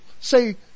Say